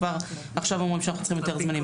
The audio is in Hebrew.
עכשיו אומרים שאנחנו צריכים יותר זמנים,